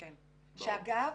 שאגב,